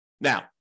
Now